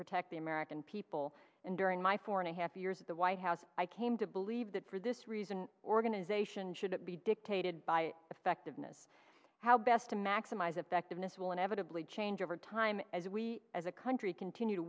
protect the american people and during my four and a half years at the white house i came to believe that for this reason organization should be dictated by effectiveness how best to maximize effectiveness will inevitably change over time as we as a country continue to